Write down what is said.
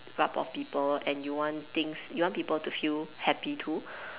rub off people and you want things you want people to feel happy too